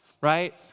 right